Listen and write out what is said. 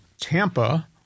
tampa